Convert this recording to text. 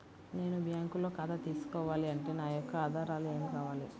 నేను బ్యాంకులో ఖాతా తీసుకోవాలి అంటే నా యొక్క ఆధారాలు ఏమి కావాలి?